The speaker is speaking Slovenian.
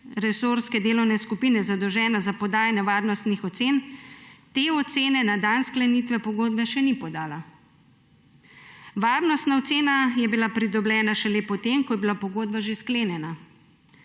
medresorske delovne skupine zadolžena za podajanje varnostnih ocen, te ocene na dan sklenitve pogodbe še ni podala. Varnostna ocena je bila pridobljena šele po tem, ko je bila pogodba že sklenjena.